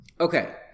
okay